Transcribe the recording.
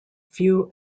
few